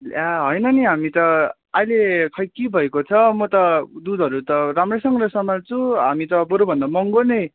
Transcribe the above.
ल्या होइन नि हामी त अहिले खै के भएको छ म त दुधहरू त राम्रैसँगले समाल्छु हामी त बरु भन्दा महँगो नै